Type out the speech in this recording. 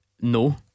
No